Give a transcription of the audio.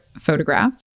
photograph